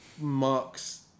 Marks